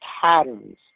patterns